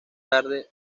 tarde